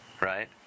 right